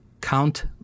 Count